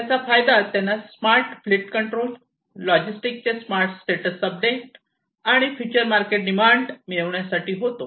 त्याचा फायदा त्यांना स्मार्ट फ्लिट कंट्रोल लॉजिस्टिक चे स्मार्ट स्टेटस अपडेट आणि फ्युचर मार्केट डिमांड मिळवण्यासाठी होतो